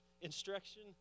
instruction